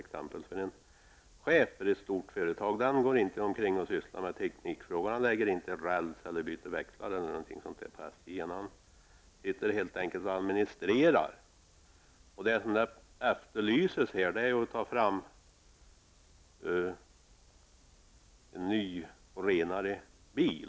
Han är chef för ett stort företag och sysslar inte med teknikfrågor, lägger räls, byter växlar m.m. Han administrerar helt enkelt. Det efterlyses att man skall ta fram en ny, renare bil.